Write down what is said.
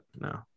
no